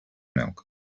milk